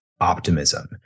optimism